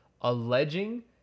alleging